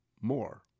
more